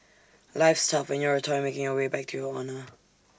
life's tough when you're A toy making your way back to your owner